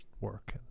work